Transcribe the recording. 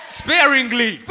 sparingly